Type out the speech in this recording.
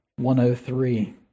103